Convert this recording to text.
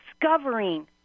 discovering